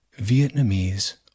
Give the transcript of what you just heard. Vietnamese